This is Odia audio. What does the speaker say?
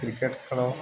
କ୍ରିକେଟ୍ ଖେଳ